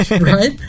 Right